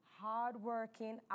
hardworking